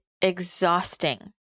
exhausting